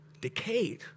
decayed